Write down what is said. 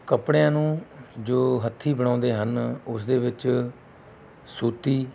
ਕੱਪੜਿਆਂ ਨੂੰ ਜੋ ਹੱਥੀਂ ਬਣਾਉਂਦੇ ਹਨ ਉਸ ਦੇ ਵਿੱਚ ਸੂਤੀ